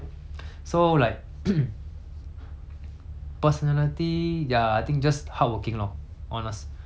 personality ya I think just hardworking lor honest but then cannot be so 迟钝 ah